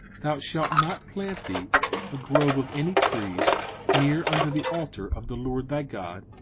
thou shalt not plant thee a grove of any trees near unto the altar of the lord thy god,